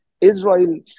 Israel